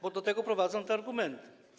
Bo do tego prowadzą te argumenty.